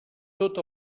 tot